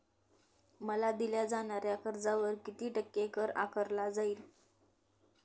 मला दिल्या जाणाऱ्या कर्जावर किती टक्के कर आकारला जाईल?